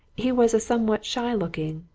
he was a somewhat shy-looking,